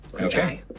Okay